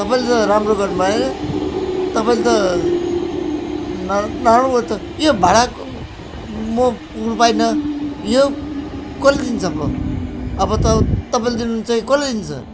तपाईँले त राम्रो गर्नु भएन तपाईँले त न नराम्रो भयो त यो भाडाको म पुग्नु पाइनँ यो कसले दिन्छ अब अब त तपाईँले दिनु हुन्छ कि कसले दिन्छ